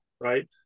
right